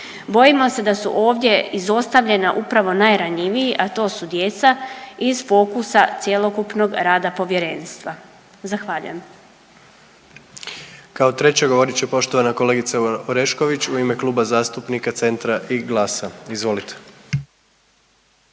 Bojimo se da su ovdje izostavljena upravo najranjiviji, a to su djeca, iz fokusa cjelokupnog rada Povjerenstva. Zahvaljujem. **Jandroković, Gordan (HDZ)** Kao treća, govorit će poštovana kolegica Orešković u ime Kluba zastupnika Centra i GLAS-a, izvolite.